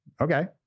Okay